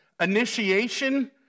Initiation